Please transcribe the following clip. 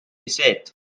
gesät